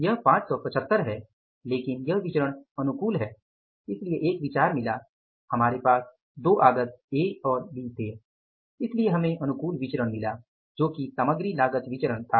यह 575 है लेकिन यह विचरण अनुकूल है इसलिए एक विचार मिला हमारे पास दो आगत ए और बी थे इसलिए हमें अनुकूल विचरण मिला जो कि सामग्री लागत विचरण था